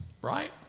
right